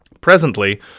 Presently